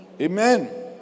Amen